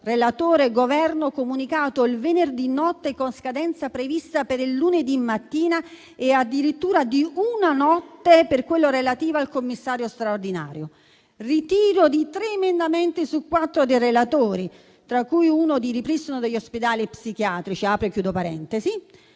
del Governo comunicato il venerdì notte con scadenza prevista per il lunedì mattina e addirittura di una notte per quello relativo al commissario straordinario; ritiro di tre emendamenti su quattro dei relatori, tra cui uno di ripristino degli ospedali psichiatrici, senza la